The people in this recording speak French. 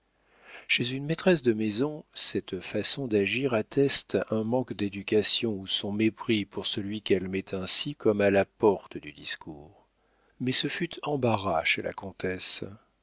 chez une maîtresse de maison cette façon d'agir atteste un manque d'éducation ou son mépris pour celui qu'elle met ainsi comme à la porte du discours mais ce fut embarras chez la comtesse